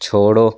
छोड़ो